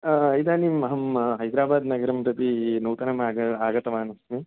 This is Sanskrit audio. इदानीम् अहं हैदराबाद् नगरम् प्रति नूतनं आगतवान् अस्मि